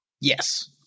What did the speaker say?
Yes